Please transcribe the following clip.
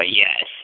yes